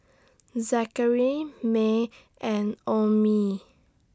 Zackery May and Omie